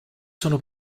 sono